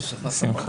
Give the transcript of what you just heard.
אין בעיה.